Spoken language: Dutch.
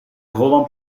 holland